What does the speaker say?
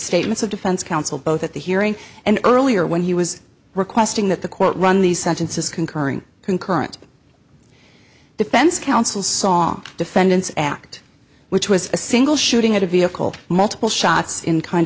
statements of defense counsel both at the hearing and earlier when he was requesting that the court run these sentences concurring concurrent defense counsel song defendants act which was a single shooting at a vehicle multiple shots in kind